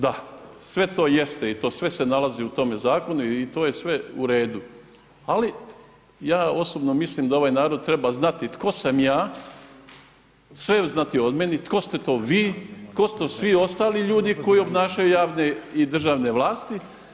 Da, sve to jeste i sve se to nalazi u tome zakonu i to je sve uredu, ali ja osobno mislim da ovaj narod treba znati tko sam ja, sve znati o meni, tko ste to vi, tko su svi ostali ljudi koji obnašaju javne i državne vlasti.